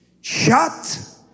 shut